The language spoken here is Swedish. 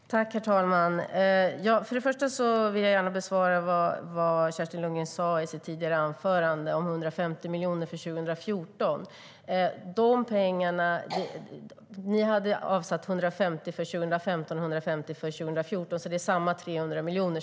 STYLEREF Kantrubrik \* MERGEFORMAT Internationellt biståndHerr talman! För det första vill jag gärna svara på det Kerstin Lundgren sa i sitt tidigare anförande om 150 miljoner för 2014. Ni hade avsatt 150 för 2015 och 150 för 2014, Kerstin Lundgren, så det är samma 300 miljoner.